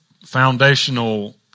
foundational